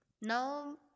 Now